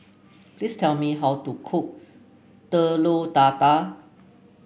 please tell me how to cook Telur Dadah